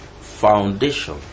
foundation